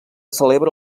celebra